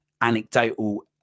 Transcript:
anecdotal